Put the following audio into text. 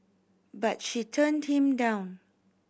but she turned him down